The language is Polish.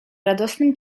radosnym